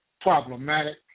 problematic